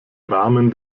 rahmen